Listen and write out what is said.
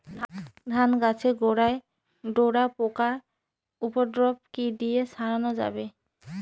ধান গাছের গোড়ায় ডোরা পোকার উপদ্রব কি দিয়ে সারানো যাবে?